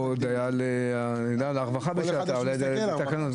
או דיה לרווחה בשעתה.